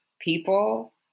people